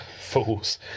Fools